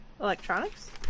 Electronics